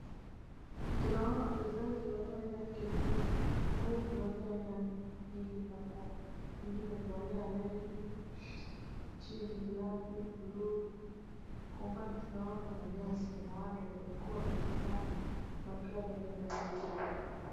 Tunaona wachezaji wanaoweza kukimbia ambao huvalia aina nyingi za nguo wengine amevalia red chini black , bluu kwa umbali tunaona manyasi na watu waliokuwa wamesimama magari yamew3za kuegeshwa.